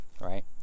right